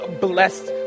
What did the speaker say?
blessed